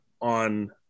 on